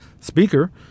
speaker